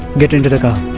get into the car